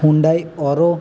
Hyundai oro